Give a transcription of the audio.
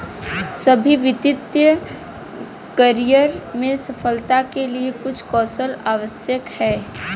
सभी वित्तीय करियर में सफलता के लिए कुछ कौशल आवश्यक हैं